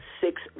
six